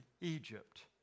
Egypt